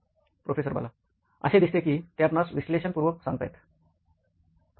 professor Bala असे दिसते कि ते आपणास विश्लेषण पूर्वक सांगताहेत